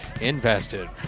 invested